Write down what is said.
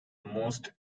most